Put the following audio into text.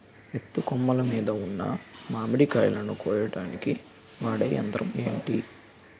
ఎత్తు కొమ్మలు మీద ఉన్న మామిడికాయలును కోయడానికి వాడే యంత్రం ఎంటి?